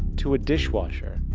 to a dishwasher,